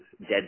dead